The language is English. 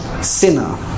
sinner